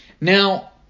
Now